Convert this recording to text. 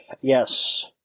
Yes